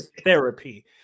therapy